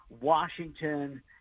Washington